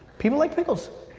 people like pickles.